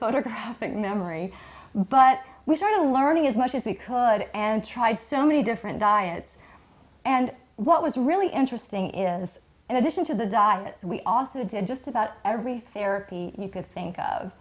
photographic memory but we started learning as much as we could and tried so many different diets and what was really interesting is in addition to the diet we also did just about every day or you could think of